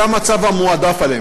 זה המצב המועדף עליהן.